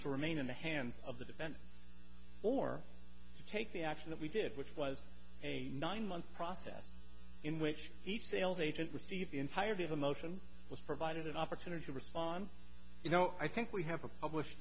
to remain in the hands of the defense or to take the action that we did which was a nine month process in which each sales agent received the entirety of a motion was provided an opportunity to respond you know i think we have a published